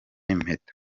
impeta